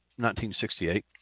1968